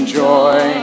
joy